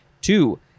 Two